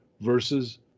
versus